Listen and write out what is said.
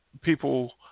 people